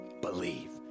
believe